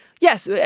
Yes